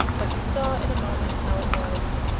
but he saw in a moment how it was.